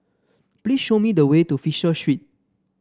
please show me the way to Fisher Street